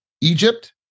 Egypt